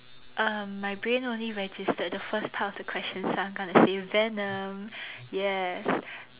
um my brain only registered the first part of the question so I'm going to say Venom yes